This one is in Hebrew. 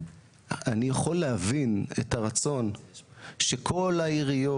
אני יכול להבין את הרצון שכל העיריות